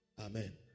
Amen